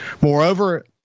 Moreover